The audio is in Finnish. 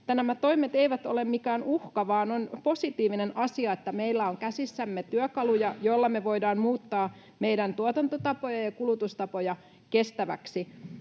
nämä toimet eivät ole mikään uhka vaan on positiivinen asia, että meillä on käsissämme työkaluja, joilla me voidaan muuttaa meidän tuotantotapoja ja kulutustapoja kestäviksi.